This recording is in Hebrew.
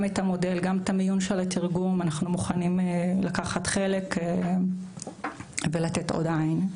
במודל וגם במיון התרגום ולתת עוד עין.